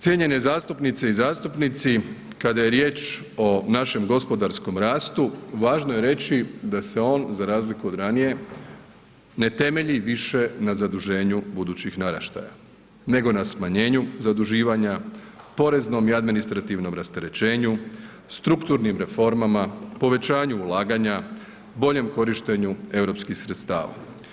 Cijenjene zastupnice i zastupnici kada je riječ o našem gospodarskom rastu važno je reći da se on za razliku od ranije ne temelji više na zaduženju budućih naraštaja, nego na smanjenju zaduživanja poreznom i administrativnom rasterećenju, strukturnim reformama, povećanju ulaganja, boljem korištenju europskih sredstava.